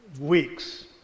weeks